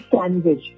sandwich